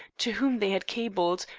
to whom they had cabled,